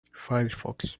firefox